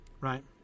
right